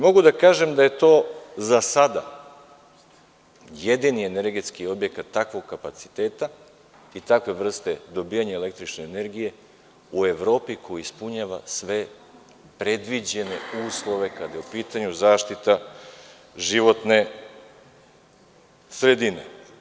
Mogu da kažem da je to za sada jedini energetski objekat takvog kapaciteta i takve vrste dobijanja električne energije u Evropi, koji ispunjava sve predviđene uslove kada je u pitanju zaštita životne sredine.